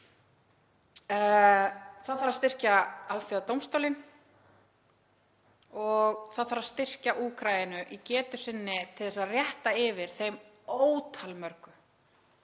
Það þarf að styrkja Alþjóðadómstólinn og það þarf að styrkja Úkraínu í getu sinni til að rétta yfir þeim ótal mörgu